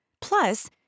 Plus